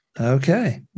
Okay